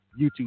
YouTube